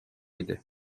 idi